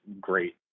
great